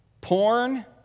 porn